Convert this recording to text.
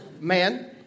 man